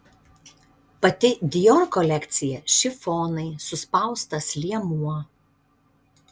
pati dior kolekcija šifonai suspaustas liemuo